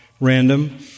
random